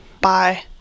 bye